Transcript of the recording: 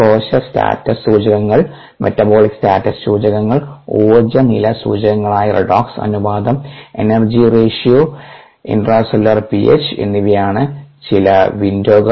കോശ സ്റ്റാറ്റസ് സൂചകങ്ങൾ metabolic status സൂചകങ്ങൾ ഊർജ്ജ നില സൂചകങ്ങളായ റെഡോക്സ് അനുപാതം എനർജി റേഷ്യോ ഇൻട്രാസെല്ലുലാർ പിഎച്ച് എന്നിവയാണ് ചില വിൻഡോകൾ